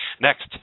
next